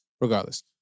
Regardless